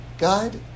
God